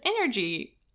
energy